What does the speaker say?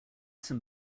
some